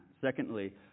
Secondly